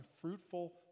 fruitful